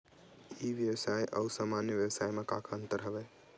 ई व्यवसाय आऊ सामान्य व्यवसाय म का का अंतर हवय?